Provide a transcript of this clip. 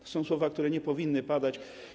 To są słowa, które nie powinny padać.